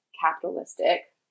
capitalistic